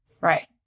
right